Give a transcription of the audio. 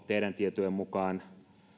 teidän tietojenne mukaan